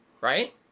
Right